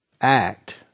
act